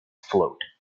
float